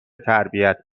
تربیت